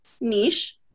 niche